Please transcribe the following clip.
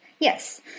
Yes